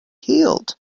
healed